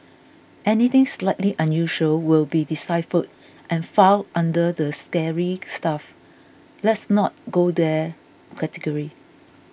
anything slightly unusual will be deciphered and filed under the scary stuff let's not go there category